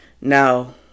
now